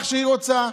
איך שהיא רוצה,